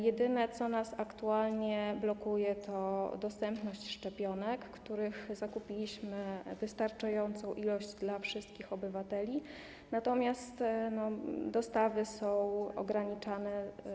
Jedyne co nas aktualnie blokuje, to dostępność szczepionek, których zakupiliśmy wystarczającą liczbę dla wszystkich obywateli, natomiast dostawy są dotychczas ograniczane.